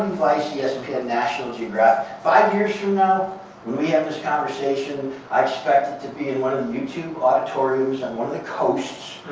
vice, yeah espn, and national geographic. five years from now, when we have this conversation, i expect it to be in one of the youtube auditoriums on one of the coasts.